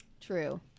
True